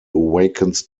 awakens